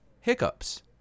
hiccups